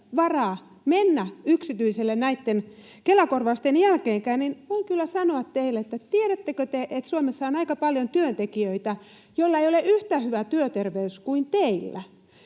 varaa mennä yksityiselle näitten Kela-korvausten jälkeenkään, niin voin kyllä sanoa teille, että tiedättekö te, että Suomessa on aika paljon työntekijöitä, joilla työterveys ei ole yhtä hyvä kuin teillä: